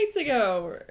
ago